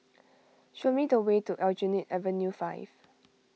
show me the way to Aljunied Avenue five